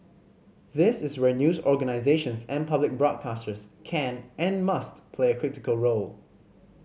this is where news organisations and public broadcasters can and must play a critical role